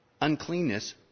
Uncleanness